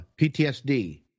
PTSD